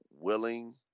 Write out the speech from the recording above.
willing